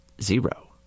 zero